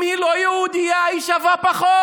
אם היא לא יהודייה, היא שווה פחות.